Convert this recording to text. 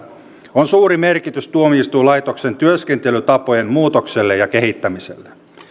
on suuri merkitys tuomioistuinlaitoksen työskentelytapojen muutokselle ja kehittämiselle